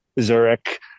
Zurich